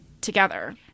together